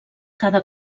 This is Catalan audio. cada